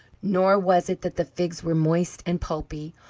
nor was it that the figs were moist and pulpy,